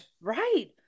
Right